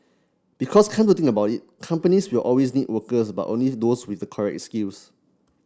because come to think about it companies will always need workers but only those with correct skills